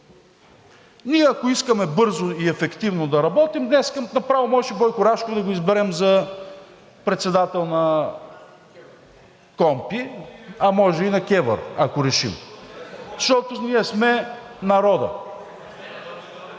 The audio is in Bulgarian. Ние, ако искаме бързо и ефективно да работим, днес направо можеше Бойко Рашков да го изберем за председател на КПКОНПИ, а може и на КЕВР, ако решим, защото ние сме народът.